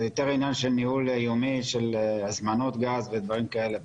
זה יותר עניין של ניהול יומי של הזמנות גז ודברים כאלה.